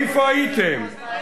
איפה הייתם?